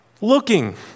looking